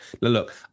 look